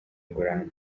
ingurane